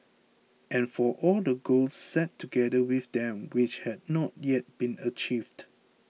and for all the goals set together with them which had not yet been achieved